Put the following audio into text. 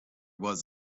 was